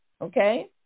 okay